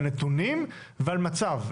על נתונים ועל מצב.